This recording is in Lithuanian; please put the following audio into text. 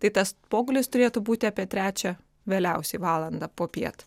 tai tas pogulis turėtų būti apie trečią vėliausiai valandą popiet